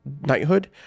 knighthood